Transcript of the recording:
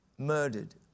murdered